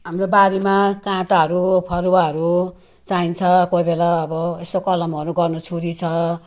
हाम्रो बारीमा काँटाहरू फरुवाहरू चाहिन्छ कोही बेला अब यसो कलमहरू गर्नु छुरी छ